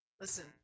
Listen